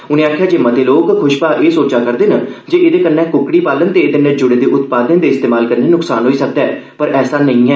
उने आखेआ जे मते लोक खुशबा एह् सोचा करदे न जे एह्दे कन्नै कुक्कड़ी पालन ते एह्दे'नै जुड़े दे उत्पादें दे इस्तेमाल कन्नै नुक्सान होई सकदा ऐ पर ईआं न ऐ